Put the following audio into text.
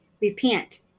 Repent